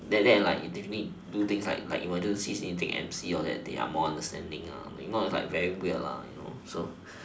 that that and like if you need do things like like emergency you need take M_C all that they are more understanding meanwhile is like very weird you know so